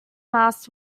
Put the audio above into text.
masks